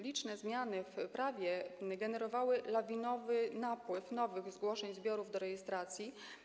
Liczne zmiany w prawie generowały lawinowy napływ nowych zgłoszeń zbiorów do rejestracji.